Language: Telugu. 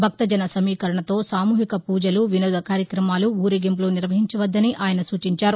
భక్త జన సమీకరణతో సామూహికపూజలు వినోద కార్యక్రమాలు ఊరేగింపులు నిర్వహించవద్దని ఆయన సూచించారు